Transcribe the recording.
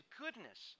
goodness